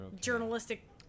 journalistic